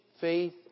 faith